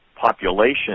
population